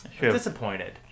disappointed